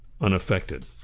unaffected